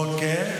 אוקיי.